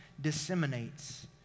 disseminates